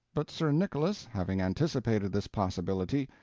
but sir nicholas, having anticipated this possibility,